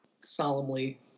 Solemnly